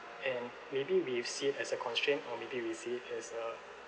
and maybe we see it as a constraint or maybe we see it as a